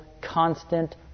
constant